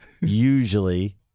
usually